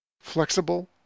Flexible